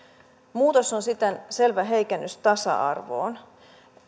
muutos on siten selvä heikennys tasa arvoon